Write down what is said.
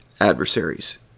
adversaries